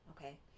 Okay